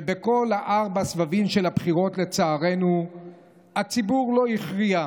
ובכל ארבעת הסבבים של הבחירות לצערנו הציבור לא הכריע,